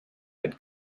had